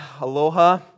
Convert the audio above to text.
Aloha